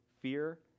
fear